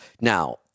Now